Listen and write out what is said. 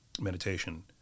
meditation